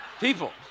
People